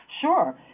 Sure